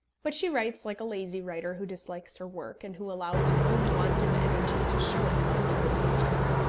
but she writes like a lazy writer who dislikes her work, and who allows her own want of energy to show itself in her pages.